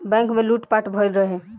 bank में लूट पाट भईल रहे